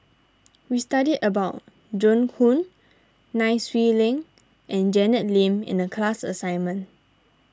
we studied about Joan Hon Nai Swee Leng and Janet Lim in the class assignment